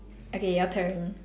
okay your turn